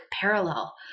parallel